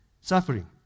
suffering